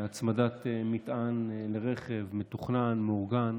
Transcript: שהצמדת מטען לרכב זה מתוכנן, מאורגן.